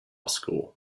school